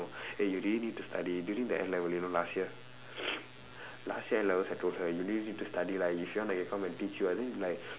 eh you really need to study during the N level you know last year last year N levels I told her you really need to study lah if you want I can come and teach you ah then like